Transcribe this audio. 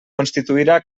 constituirà